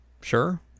Sure